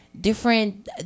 different